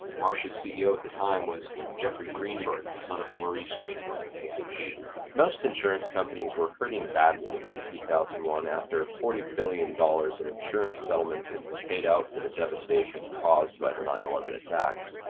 marsh's ceo at the time was jeffrey greenberg the son of maurice greenberg of aig. most insurance companies were hurting badly in late two thousand and one after forty billion dollars in insurance settlements had been paid out for the devastation caused by the nine eleven attacks,